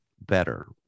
better